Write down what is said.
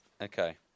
okay